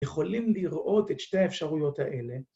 ‫יכולים לראות את שתי האפשרויות האלה.